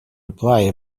reply